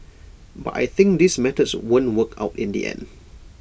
but I think these methods won't work out in the end